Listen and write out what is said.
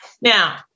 Now